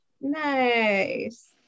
Nice